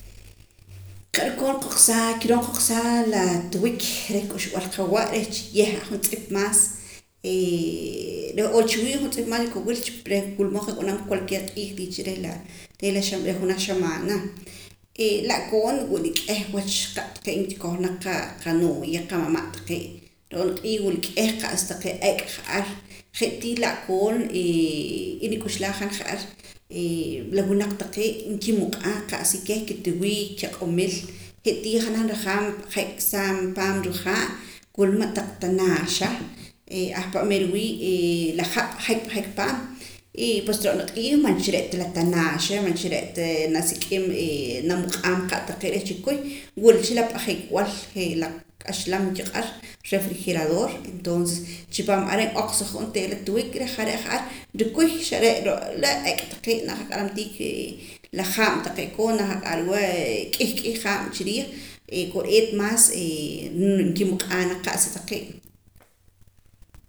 Qa'sa rukoor nqoqsaa kiroo nqoqsaa laa la tiwik reh k'uxb'al qawa' reh chiyeh'aa juntz'ip maas o chiwii' juntz'ip maas rikowil reh wula mood nqab'anama qa cualquier q'iij tii cha la reh la junaj xamaana la'koon wila k'ieh wach qa' taqee' nkikoj naq naq qanooya qamama' taqee' ro'na q'iij wila k'ieh qa'sa taqee ek ja'ar je' tii la'koon y nik'uxlaa han ja'ar la winaq taqee' nkimuq'aa qa'sa keh kitiwiik kiaq'omil je' tii janaj nrajaam nrip'ajeksaam paam rihaa' wula ma' taq tanaaxa ahpa' meer wii' la ha' p'ajek p'ajek paam y pues ro'na q'iij man cha re' ta la tanaaxa man cha re' ta nasik'im namuq'aam qa' taqee' reh chikuy wula cha la p'aakejb'al je' la kaxlam nkiq'ar refrijerador entonces chi paaam are' n'oqsaja onteera la tiwik reh jare' ja'ar nrukuy xare' laa' ak' taqee' na qaq'aram tii ke la haab' taqee' koon naqaq'arwa k'ih k'ih haab' chiriij kore'eet maas nkimuq'aa naq qa'sa taqee'